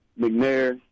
mcnair